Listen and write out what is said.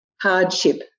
hardship